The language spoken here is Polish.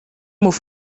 mów